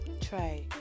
try